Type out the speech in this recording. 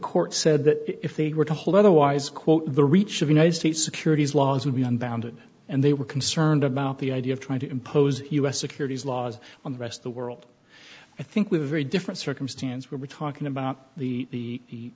court said that if they were to hold otherwise quote the reach of united states securities laws would be unbounded and they were concerned about the idea of trying to impose u s securities laws on the rest of the world i think with a very different circumstance where we're talking about the